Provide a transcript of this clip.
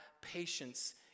patience